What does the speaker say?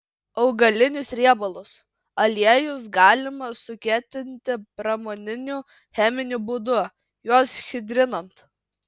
augalinius riebalus aliejus galima sukietinti pramoniniu cheminiu būdu juos hidrinant